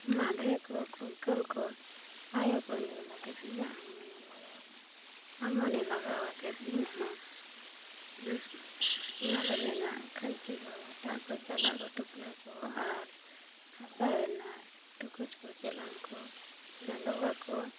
ᱢᱟᱞᱦᱮ ᱠᱚ ᱠᱩᱝᱠᱟᱹᱞ ᱠᱚ ᱟᱭᱚ ᱠᱚ ᱧᱮᱞ ᱠᱟᱛᱮᱫ ᱤᱧᱟᱹᱜ ᱦᱚᱸ ᱢᱚᱱᱮ ᱞᱟᱜᱟᱣ ᱮᱱᱟ ᱟᱨ ᱢᱚᱱᱮ ᱞᱟᱜᱟᱣ ᱟᱛᱮᱫ ᱤᱧ ᱦᱚᱸ ᱢᱟᱫ ᱨᱮᱱᱟᱜ ᱠᱷᱟᱹᱧᱪᱤ ᱠᱚ ᱦᱟᱴᱟᱜ ᱠᱚ ᱪᱟᱞᱟ ᱠᱚ ᱴᱩᱯᱞᱟᱹᱜ ᱠᱚ ᱟᱨ ᱦᱟᱥᱟ ᱨᱮᱱᱟᱜ ᱴᱩᱠᱩᱡ ᱠᱚ ᱪᱮᱞᱟᱝ ᱠᱚ ᱱᱟᱫᱽᱣᱟ ᱠᱚ